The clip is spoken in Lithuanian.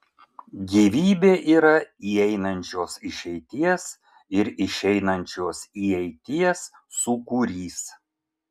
gyvybė yra įeinančios išeities ir išeinančios įeities sūkurys